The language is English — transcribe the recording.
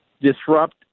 disrupt